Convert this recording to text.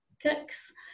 kicks